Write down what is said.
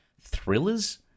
thrillers